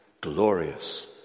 glorious